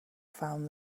found